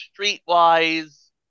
streetwise